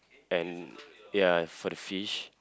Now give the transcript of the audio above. and ya for the fish